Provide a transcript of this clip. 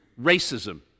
racism